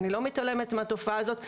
אני לא מתעלמת מהתופעה הזאת.